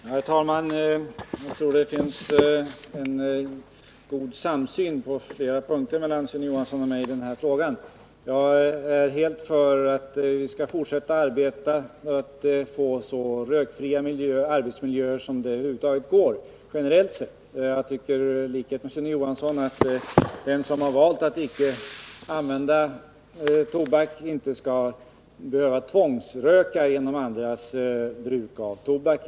Herr talman! Jag tror det finns en god samsyn på flera punkter mellan Erik Johansson och mig i denna fråga. Jag är helt med på att vi generellt sett skall fortsätta att arbeta för att få så rökfria arbetsmiljöer som över huvud taget är möjligt. Jag tycker i likhet med Erik Johansson att den som har valt att icke använda tobak inte skall behöva tvångsröka genom andras bruk av tobak.